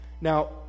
Now